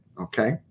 okay